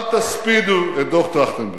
אל תספידו את דוח-טרכטנברג.